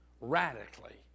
radically